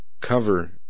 cover